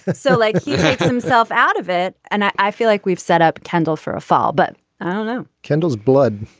so like himself out of it. and i i feel like we've set up kendall for a fall but i don't know kendall's blood.